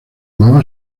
amaba